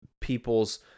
people's